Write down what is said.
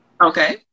Okay